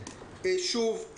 שוב,